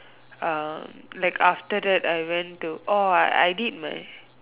um like after that I went to orh I did my